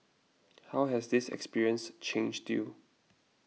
how has this experience changed you